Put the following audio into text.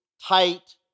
tight